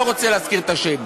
לא רוצה להזכיר את השם.